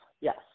Yes